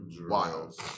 wild